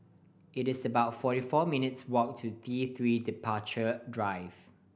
it is about forty four minutes' walk to T Three Departure Drive